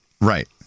Right